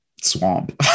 swamp